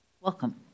Welcome